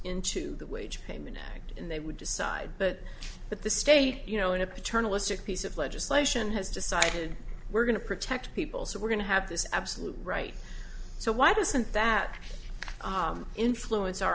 into the wage payment act and they would decide but that the state you know in a paternalistic piece of legislation has decided we're going to protect people so we're going to have this absolute right so why doesn't that influence our